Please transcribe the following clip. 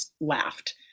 laughed